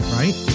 right